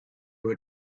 were